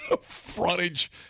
frontage